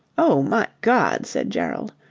oh, my god! said gerald,